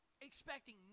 expecting